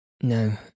No